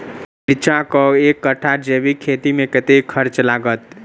मिर्चा केँ एक कट्ठा जैविक खेती मे कतेक खर्च लागत?